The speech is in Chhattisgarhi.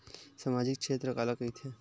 सामजिक क्षेत्र काला कइथे?